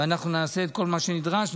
ואנחנו נעשה את כל מה שנדרש,